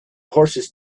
horses